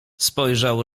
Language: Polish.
spojrzał